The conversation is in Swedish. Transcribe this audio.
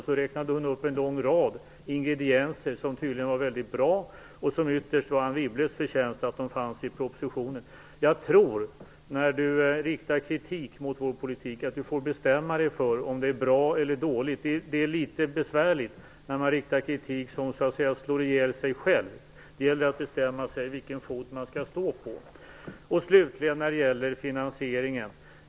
Hon räknade hon upp en lång rad ingredienser som tydligen var väldigt bra och som det ytterst var Anne Wibbles förtjänst att de fanns i propositionen. Jag tror att när Anne Wibble riktar kritik mot vår politik får hon bestämma sig för om den är bra eller dålig. Det är litet besvärligt när man riktar kritik som så att säga slår ihjäl sig själv. Det gäller att bestämma sig för vilken fot man skall stå på. Slutligen kommer jag till finansieringen.